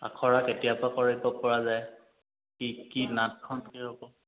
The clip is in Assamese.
আখৰা কেতিয়াৰ পৰা কৰে তপ কৰা যায় কি কি নাটখন কি হ'ব